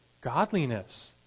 godliness